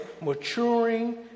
maturing